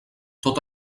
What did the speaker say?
tot